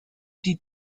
die